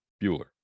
bueller